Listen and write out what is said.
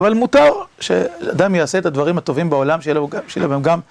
אבל מותר שאדם יעשה את הדברים הטובים בעולם שיהיה לו גם